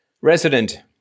Resident